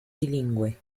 bilingüe